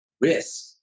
risk